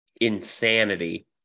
insanity